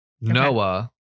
Noah